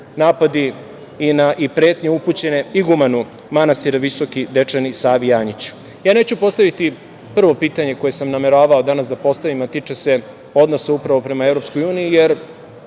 napadi i pretnje upućene igumanu manastira Visoki Dečani, Savi Janjiću. Ja neću postaviti prvo pitanje koje sam nameravao danas da postavim, a tiče se odnosa upravo prema EU, jer